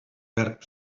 verb